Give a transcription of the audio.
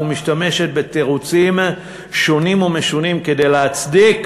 ומשתמשת בתירוצים שונים ומשונים כדי להצדיק,